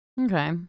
Okay